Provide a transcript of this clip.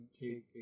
take